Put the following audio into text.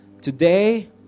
Today